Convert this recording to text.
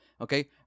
okay